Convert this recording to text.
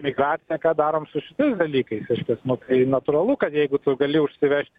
migracija ką darom su šitais dalykais reiškias nu tai natūralu kad jeigu tu gali užsivežti